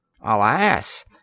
ALAS